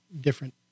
different